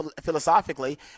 philosophically